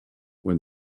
when